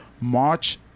March